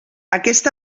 aquest